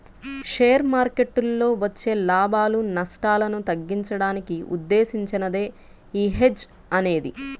share మార్కెట్టులో వచ్చే లాభాలు, నష్టాలను తగ్గించడానికి ఉద్దేశించినదే యీ హెడ్జ్ అనేది